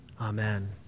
Amen